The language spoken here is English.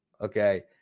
okay